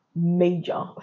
major